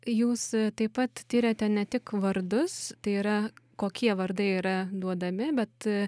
jūs taip pat tiriate ne tik vardus tai yra kokie vardai yra duodami bet